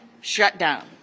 shutdown